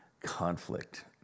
conflict